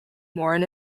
moran